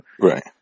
Right